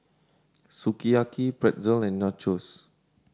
Sukiyaki Pretzel and Nachos